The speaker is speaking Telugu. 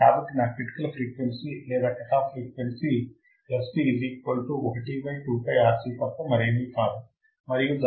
కాబట్టి నా క్రిటికల్ ఫ్రీక్వెన్సీ లేదా cut off frequency fc 1 2 πRC తప్ప మరేమీ కాదు మరియు దాని విలువ 159